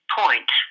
point